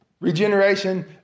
regeneration